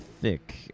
Thick